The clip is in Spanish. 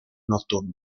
nocturno